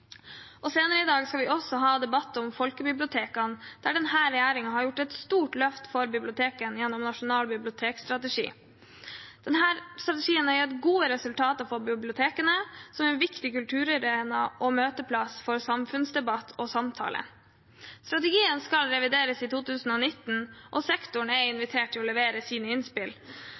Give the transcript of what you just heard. Senere i dag skal vi også ha debatt om folkebibliotekene, der denne regjeringen har tatt et stort løft for bibliotekene gjennom Nasjonal bibliotekstrategi. Strategien har gitt gode resultater for bibliotekene, som er en viktig kulturarena og møteplass for samfunnsdebatt og samtale. Strategien skal revideres i 2019, og sektoren er invitert til å levere sine innspill.